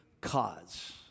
cause